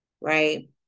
right